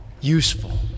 useful